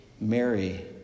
Mary